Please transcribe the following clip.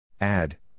add